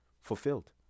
Fulfilled